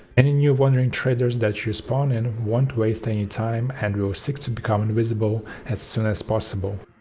any new wandering traders that you spawn in won't waste any time and will seek to become invisible as soon as possible.